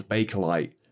Bakelite